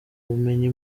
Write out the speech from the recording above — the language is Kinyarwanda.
ubumenyi